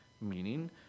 Meaning